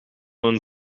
hun